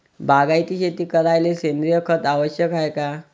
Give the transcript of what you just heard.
बागायती शेती करायले सेंद्रिय खत आवश्यक हाये का?